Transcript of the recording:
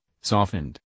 softened